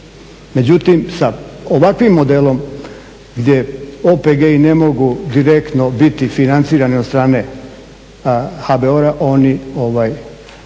Međutim sa ovakvim modelom gdje OPG-i ne mogu direktno biti financirani od strane HBOR-a oni ne